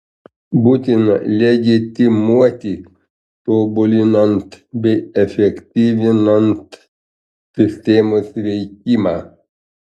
būtina legitimuoti tobulinant bei efektyvinant sistemos veikimą